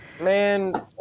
Man